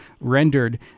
rendered